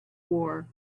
war